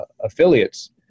affiliates